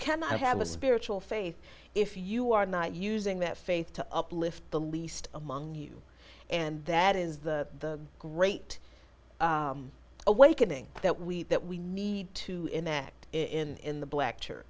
cannot have a spiritual faith if you are not using that faith to uplift the least among you and that is the great awakening that we that we need to enact in the black church